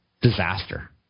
disaster